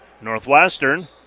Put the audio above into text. Northwestern